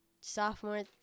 sophomore